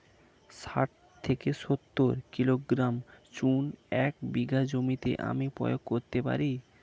শাঠ থেকে সত্তর কিলোগ্রাম চুন এক বিঘা জমিতে আমি প্রয়োগ করতে পারি?